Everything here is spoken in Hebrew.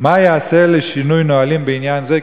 3. מה ייעשה לשינוי נהלים בעניין זה?